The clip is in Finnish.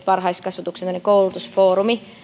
varhaiskasvatuksen koulutusfoorumi